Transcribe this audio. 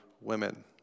women